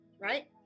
right